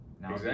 now